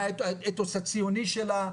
מה האתוס הציוני שלה?